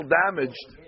damaged